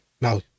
now